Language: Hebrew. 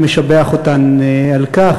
אני משבח אותן על כך.